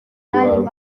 iwabo